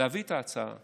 להביא את ההצעה,